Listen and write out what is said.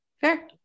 Fair